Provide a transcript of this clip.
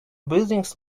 buildings